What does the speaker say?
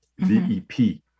VEP